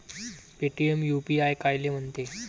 Paytm UPI कायले म्हनते?